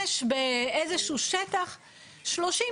של בעלי הדירות --- בחוק כתוב "שלא כדין".